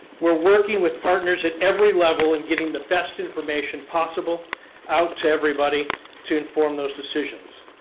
we're working with partners at every level and getting the best information possible out to everybody to inform those decisions.